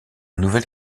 nouvelle